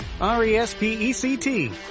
R-E-S-P-E-C-T